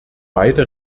beide